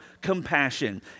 compassion